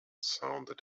sounded